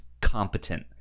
competent